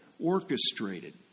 orchestrated